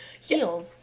heels